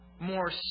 more